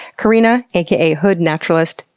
corina, aka hood naturalist,